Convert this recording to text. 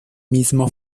mismo